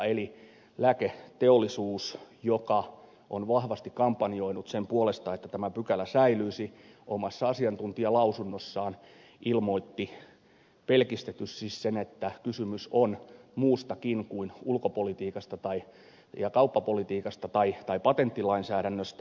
eli lääketeollisuus joka on vahvasti kampanjoinut sen puolesta että tämä pykälä säilyisi omassa asiantuntijalausunnossaan ilmoitti pelkistetysti sen että kysymys on muustakin kuin ulkopolitiikasta ja kauppapolitiikasta tai patenttilainsäädännöstä